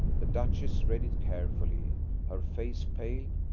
the duchess read it carefully her face paled,